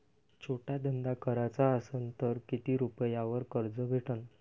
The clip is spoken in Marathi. छोटा धंदा कराचा असन तर किती रुप्यावर कर्ज भेटन?